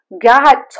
God